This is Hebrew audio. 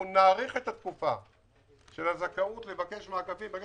אנחנו נאריך את התקופה של הזכאות לבקש מענקים.